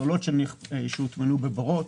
פסולות שהוטמנו בבורות.